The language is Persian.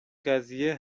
قضیه